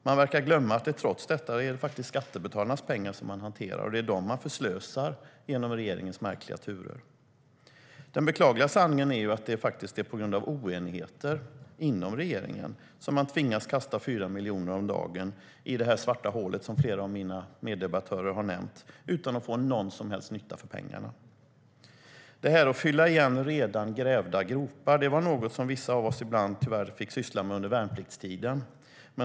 Man verkar glömma att det trots detta är skattebetalarnas pengar man hanterar och att det är dem man förslösar genom regeringens märkliga turer. Den beklagliga sanningen är att det faktiskt är på grund av oenigheter inom regeringen man tvingas kasta 4 miljoner om dagen i det svarta hål flera av mina meddebattörer har nämnt - utan att få någon som helst nytta för pengarna. När det gäller att fylla igen redan grävda gropar är det något vissa av oss tyvärr fick syssla med ibland under värnpliktstiden.